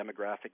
demographic